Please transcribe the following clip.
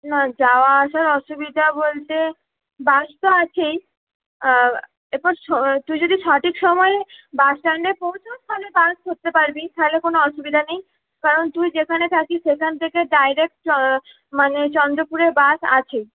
না যাওয়া আসার অসুবিধা বলতে বাস তো আছেই তারপর তুই যদি সঠিক সময়ে বাসস্ট্যান্ডে পৌঁছাস তাহলে বাস ধরতে পারবি তাহলে কোনও অসুবিধা নেই কারণ তুই যেখানে থাকিস সেখান থেকে ডাইরেক্ট মানে চন্দ্রপুরের বাস আছেই